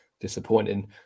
disappointing